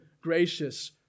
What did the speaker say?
gracious